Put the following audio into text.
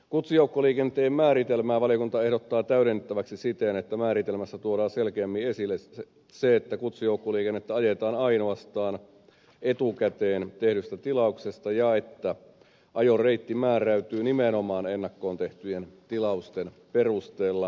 kutsujoukkoliikenteen määritelmää valiokunta ehdottaa täydennettäväksi siten että määritelmässä tuodaan selkeämmin esille se että kutsujoukkoliikennettä ajetaan ainoastaan etukäteen tehdystä tilauksesta ja että ajoreitti määräytyy nimenomaan ennakkoon tehtyjen tilausten perusteella